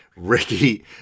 Ricky